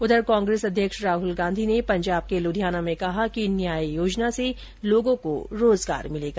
उधर कांग्रेस अध्यक्ष राहल गांधी ने पंजाब के लुधियाना में कहा कि न्याय योजना से लोगों को रोजगार मिलेगा